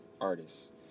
artists